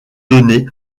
donnée